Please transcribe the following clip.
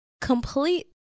complete